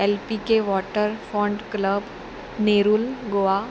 L P K waterfront club Nerul Goa